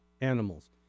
animals